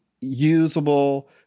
usable